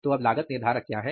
तो अब लागत निर्धारक क्या हैं